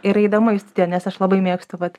ir eidama į studiją nes aš labai mėgstu vat